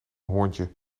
hoorntje